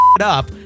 up